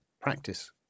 practice